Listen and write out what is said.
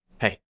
hey